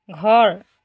ঘৰ